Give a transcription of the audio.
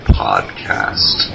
podcast